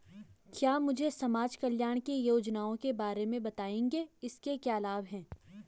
क्या मुझे समाज कल्याण की योजनाओं के बारे में बताएँगे इसके क्या लाभ हैं?